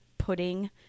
pudding